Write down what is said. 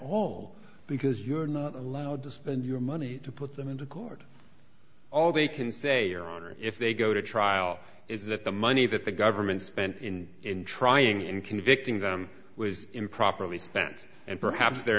all because you're not allowed to spend your money to put them into court all they can say your honor if they go to trial is that the money that the government spent in in trying in convicting them was improperly spent and perhaps they're